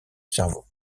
cerveau